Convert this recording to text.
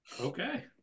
Okay